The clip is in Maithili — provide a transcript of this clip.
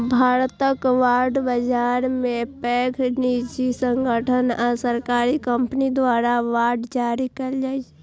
भारतक बांड बाजार मे पैघ निजी संगठन आ सरकारी कंपनी द्वारा बांड जारी कैल जाइ छै